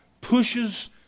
pushes